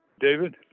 David